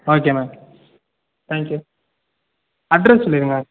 okay ma'am thank you address சொல்லியிருங்க ma'am